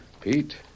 Pete